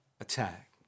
attack